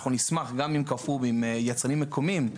אנחנו נשמח גם אם 'קרפור' ואם יצרנים מקומיים,